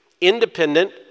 independent